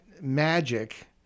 magic